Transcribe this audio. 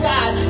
God